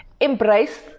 embrace